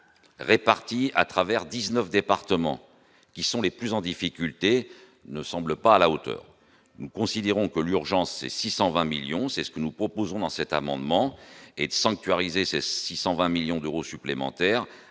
répartis à travers 19 départements qui sont les plus en difficulté, ne semble pas à la hauteur, nous considérons que l'urgence c'est 620 millions c'est ce que nous proposons dans cet amendement et de sanctuariser ces 620 millions d'euros supplémentaires,